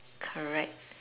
correct